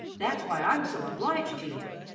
that's why i'm so obliged to you.